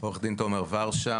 עו"ד תומר וורשה,